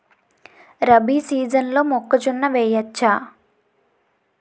రబీ సీజన్లో మొక్కజొన్న వెయ్యచ్చా?